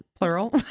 Plural